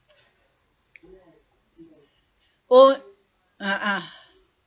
oh a'ah